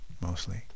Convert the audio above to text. mostly